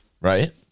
Right